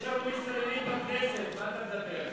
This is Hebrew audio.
יש לנו מסתננים בכנסת, על מה אתה מדבר.